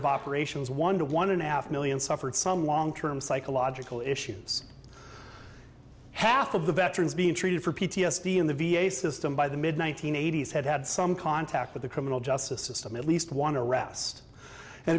of operations one to one and a half million suffered some long term psychological issues half of the veterans being treated for p t s d in the v a system by the mid one nine hundred eighty s had had some contact with the criminal justice system at least one arrest and